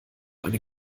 eine